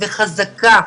וחזקה,